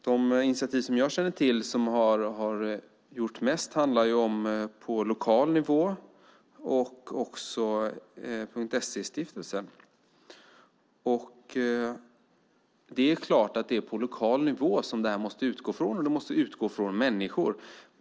De initiativ som jag känner till som har gjort mest är på lokal nivå och i Punkt SE-stiftelsen. Det är klart att det här måste utgå från lokal nivå och från människor.